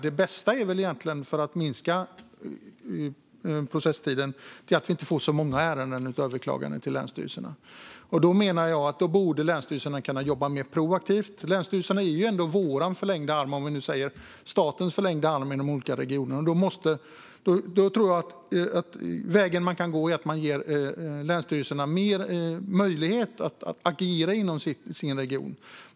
Det bästa för att minska processtiden är ju att vi inte får så många överklaganden till länsstyrelserna. Jag menar att länsstyrelserna då borde kunna jobba mer proaktivt. De är ju ändå vår - statens - förlängda arm i regionerna. Den väg man kan gå är att ge länsstyrelserna mer möjlighet att agera inom sin region.